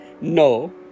No